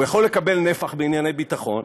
הוא יכול לקבל נפח בענייני ביטחון,